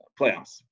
playoffs